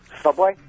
Subway